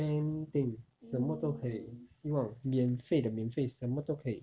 anything 什么都可以希望免费的免费什么都可以